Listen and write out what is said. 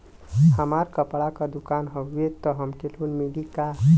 हमार कपड़ा क दुकान हउवे त हमके लोन मिली का?